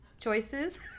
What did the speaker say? choices